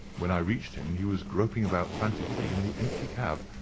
when i reached him he was groping about frantically in the empty cab,